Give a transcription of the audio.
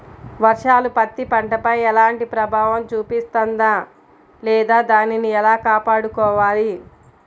వర్షాలు పత్తి పంటపై ఎలాంటి ప్రభావం చూపిస్తుంద లేదా దానిని ఎలా కాపాడుకోవాలి?